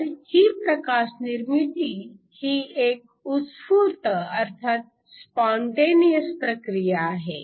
तर ही प्रकाश निर्मिती ही एक उत्स्फूर्त अर्थात स्पॉंटेनिअस प्रक्रिया आहे